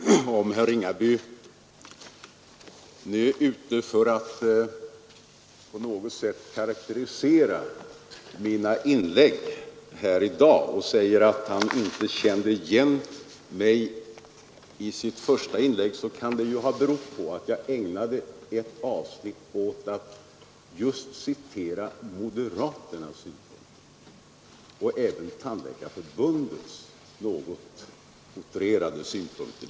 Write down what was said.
Herr talman! Om herr Ringaby är ute för att på något sätt karakterisera mina inlägg i dag och säger att han inte kände igen mig i mitt första inlägg, kan det ju ha berott på att jag ägnade ett avsnitt åt att just citera moderaternas uppfattningar och även Tandläkarförbundets något utrerade synpunkter.